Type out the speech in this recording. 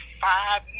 five